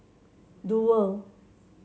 Duo